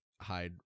hide